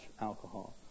alcohol